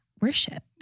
worship